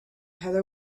heather